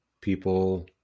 people